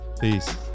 Peace